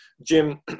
Jim